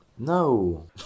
No